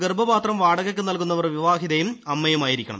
ഗർഭപാത്രം വാടകയ്ക്ക് നൽകുന്നവർ വിവാഹിതയും അമ്മയുമായിരിക്കണം